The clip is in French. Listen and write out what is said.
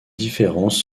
différences